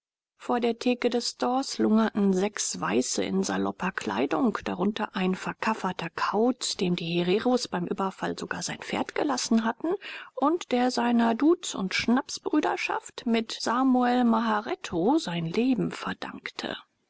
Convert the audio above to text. vor der teke des stores lungerten sechs weiße in salopper kleidung darunter ein verkafferter kauz dem die hereros beim überfall sogar sein pferd gelassen hatten und der seiner duz und schnapsbrüderschaft mit samuel mahareto sein leben verdankte